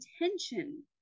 intention